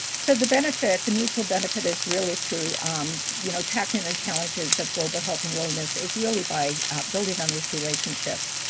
so the benefit the mutual benefit is really through um you know tackling the challenges of global health and wellness is really by building on these relationships.